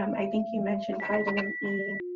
um i think you mentioned vitamin e,